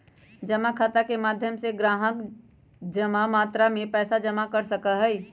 जमा खाता के माध्यम से ग्राहक ज्यादा मात्रा में पैसा जमा कर सका हई